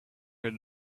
had